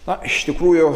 na iš tikrųjų